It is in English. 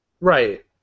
Right